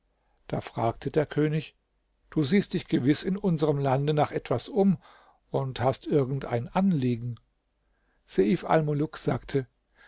da fragte der könig du siehst dich gewiß in unserm lande nach etwas um und hast irgend ein anliegen seif almuluk sagte